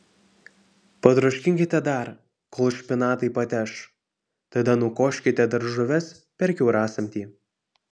patroškinkite dar kol špinatai pateš tada nukoškite daržoves per kiaurasamtį